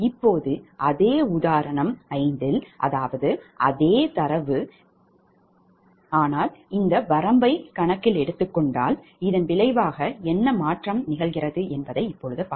இப்போது அதே உதாரணம் 5 அதாவது அதே தரவு ஆனால் இந்த வரம்பை எடுத்துக் கொண்டால்இதன் விளைவாக என்ன மாற்றம் என்று பார்ப்போம்